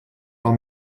war